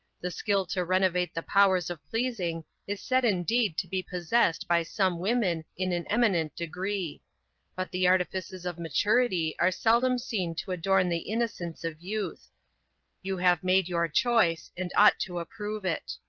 the skill to renovate the powers of pleasing is said indeed to be possessed by some women in an eminent degree but the artifices of maturity are seldom seen to adorn the innocence of youth you have made your choice, and ought to approve it.